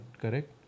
correct